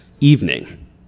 evening